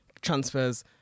transfers